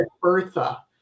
Bertha